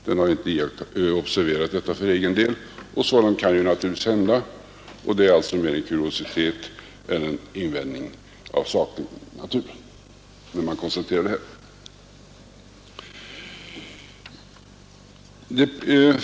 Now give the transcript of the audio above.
Den har inte observerat detta för egen del, och sådant kan naturligtvis hända. Det är alltså mera en kuriositet än en anmärkning av saklig natur när man konstaterar det här.